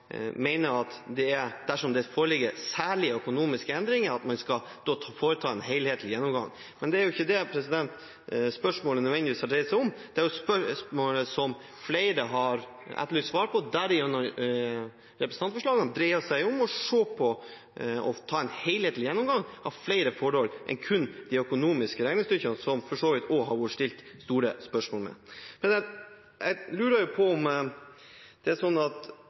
at dersom det foreligger særlige økonomiske endringer, skal man foreta en helhetlig gjennomgang. Men det er ikke nødvendigvis det spørsmålet har dreid seg om. Spørsmålet som flere har etterlyst svar på, bl.a. gjennom representantforslagene, dreier seg om å se på og å ta en helhetlig gjennomgang av flere forhold enn kun de økonomiske regnestykkene, som det for så vidt også har blitt stilt store spørsmål ved. I kvalitetssikringen som skal foretas, regner man seg gjennom bl.a. investeringsbudsjettet, hvis jeg har skjønt det rett. Kan statsråden garantere at